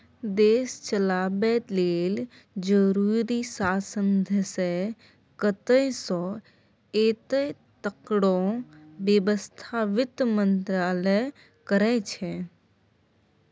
देश चलाबय लेल जरुरी साधंश कतय सँ एतय तकरो बेबस्था बित्त मंत्रालय करै छै